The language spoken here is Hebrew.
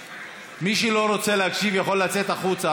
מי שלא רוצה להקשיב יכול לצאת החוצה,